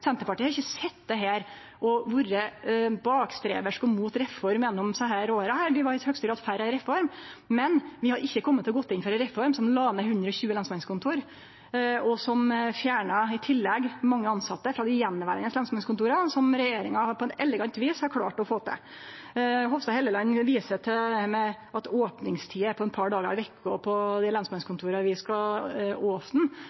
Senterpartiet har ikkje sete her og vore bakstreverske og mot reform gjennom desse åra. Vi var for ei reform, men vi hadde ikkje kome til å gå inn for ei reform som la ned 120 lensmannskontor, og som i tillegg fjerna mange tilsette frå lensmannskontora som var igjen, noko regjeringa på elegant vis har klart å få til. Hofstad Helleland viser til at opningstida er på eit par dagar i veka på dei lensmannskontora vi skal opne,